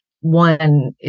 one